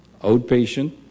outpatient